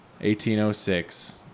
1806